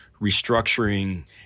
restructuring